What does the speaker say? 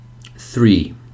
Three